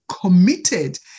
committed